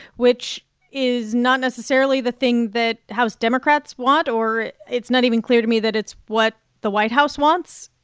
which is not necessarily the thing that house democrats want, or it's not even clear to me that it's what the white house wants.